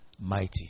mighty